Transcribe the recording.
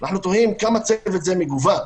אנחנו תוהים כמה צוות זה מגוון.